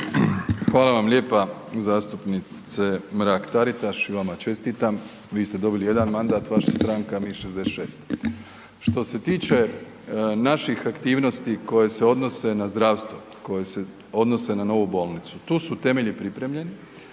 Hvala vam lijepa zastupnice Mrak Taritaš i vama čestitam, vi ste dobili jedan mandat, vaša stranka, mi 66. Što se tiče naših aktivnosti koje se odnose na zdravstvo, koje se odnose na Novu bolnicu, tu su temelji pripremljeni.